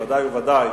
ודאי וודאי